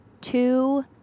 two